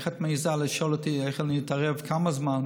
איך את מעיזה לשאול אותי איך אני אתערב וכמה זמן?